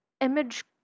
image